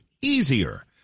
easier